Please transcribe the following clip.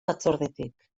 batzordetik